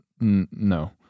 No